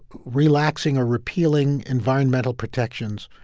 relaxing or repealing environmental protections,